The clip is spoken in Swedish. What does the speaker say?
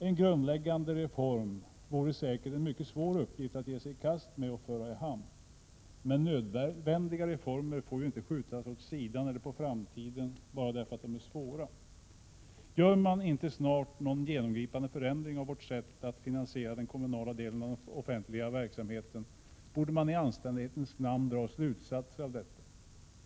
En grundläggande reform vore säkert en mycket svår uppgift att ge sig i kast med och att föra i hamn. Men nödvändiga reformer får inte skjutas åt sidan eller skjutas på framtiden bara därför att de är svåra. Gör man inte snart någon genomgripande förändring av vårt sätt att finansiera den kommunala delen av den offentliga verksamheten, borde man i anständighetens namn dra slutsatser av detta.